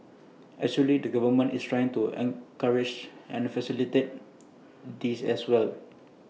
actually the government is trying to encourage and facilitate this as well